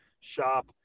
shop